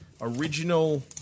original